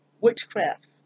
Witchcraft